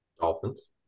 Dolphins